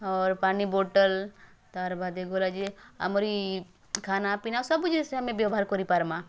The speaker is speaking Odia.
ଅର୍ ପାନି ବୋଟଲ୍ ତାର୍ ବାଦେ ଗରା ଯେ ଆମର୍ ଇ ଖାନାପିନା ସବୁଜିନିଷେ ଆମେ ବେବ୍ୟହାର୍ କରିପାରମା